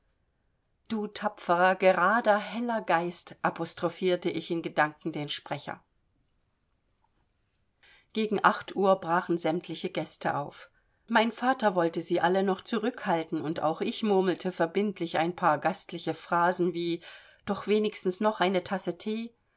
du tapferer gerader heller geist apostrophierte ich in gedanken den sprecher gegen acht uhr brachen sämtliche gäste auf mein vater wollte sie noch alle zurückhalten und auch ich murmelte verbindlich ein paar gastliche phrasen wie doch wenigstens noch eine tasse thee